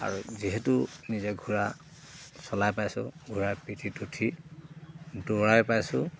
আৰু যিহেতু নিজে ঘোঁৰা চলাই পাইছোঁ ঘোঁৰাৰ পিঠিত দৌৰাই পাইছোঁ